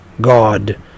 God